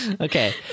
Okay